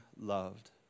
loved